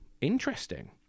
Interesting